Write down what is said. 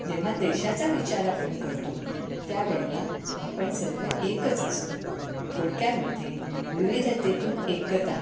जेव्हा देशाचा विचार आपण करतो त्यावेेळेला आपण सर्व एकच असतो थोडक्यामध्ये विविधतेतून एकता